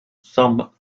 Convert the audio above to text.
some